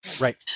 Right